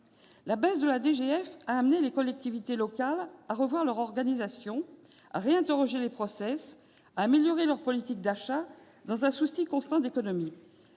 fonctionnement a amené les collectivités locales à revoir leur organisation, à remettre en question les process, à améliorer leur politique d'achats, dans un souci constant d'économie.